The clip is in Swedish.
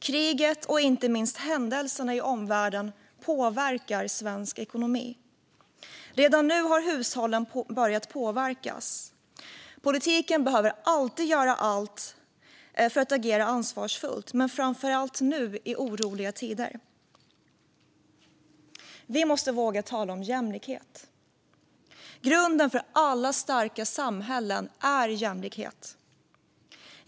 Kriget och inte minst händelserna i omvärlden påverkar svensk ekonomi. Redan nu har hushållen börjat påverkas. Politiken behöver alltid göra allt för att agera ansvarsfullt, men det gäller framför allt nu i oroliga tider. Vi måste våga tala om jämlikhet. Grunden för alla starka samhällen är jämlikhet.